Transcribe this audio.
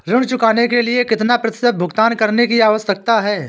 ऋण चुकाने के लिए कितना प्रतिशत भुगतान करने की आवश्यकता है?